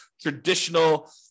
traditional